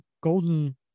golden